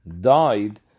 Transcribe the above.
died